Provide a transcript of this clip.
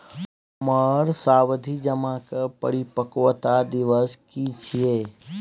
हमर सावधि जमा के परिपक्वता दिवस की छियै?